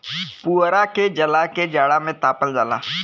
पुवरा के जला के जाड़ा में तापल जाला